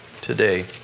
today